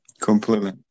completely